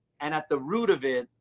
and at the root of it,